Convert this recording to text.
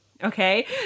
Okay